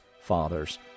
fathers